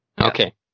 Okay